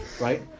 right